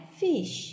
fish